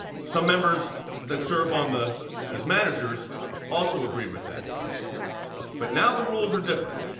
some members that serve on the as managers also agreed with that but now the rules are different